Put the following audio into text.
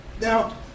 now